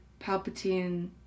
Palpatine